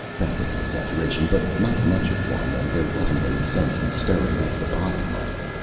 that was an exaggeration, but not much of one and there wasn't any sense in stirring up the bottom mud.